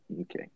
Okay